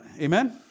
Amen